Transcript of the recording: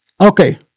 Okay